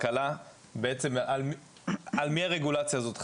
בעצם, על מי הרגולציה הזאת חלה?